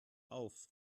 auf